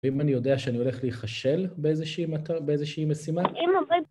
ואם אני יודע שאני הולך להיכשל באיזושהי מטרה, באיזושהי משימה...